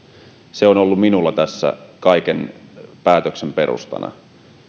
se on ollut minulla tässä kaiken päätöksenteon perustana